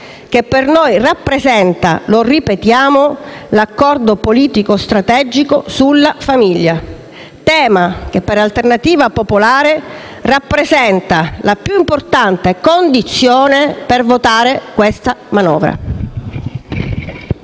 che per noi rappresenta - lo ripetiamo - l'accordo politico strategico sulla famiglia, tema che per Alternativa Popolare rappresenta la più importante condizione per votare questa manovra.